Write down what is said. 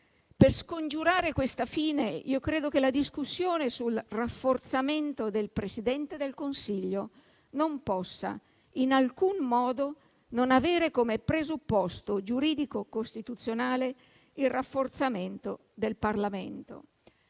Per scongiurare questa fine, credo che la discussione sul rafforzamento del Presidente del Consiglio non possa in alcun modo non avere come presupposto giuridico-costituzionale il rafforzamento del Parlamento.